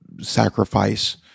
sacrifice